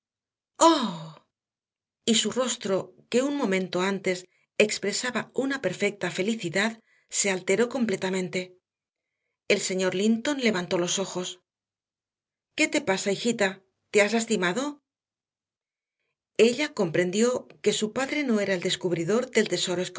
su rostro que un momento antes expresaba una perfecta felicidad se alteró completamente el señor linton levantó los ojos qué te pasa hijita te has lastimado ella comprendió que su padre no era el descubridor del tesoro